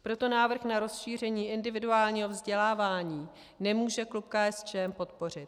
Proto návrh na rozšíření individuálního vzdělávání nemůže klub KSČM podpořit.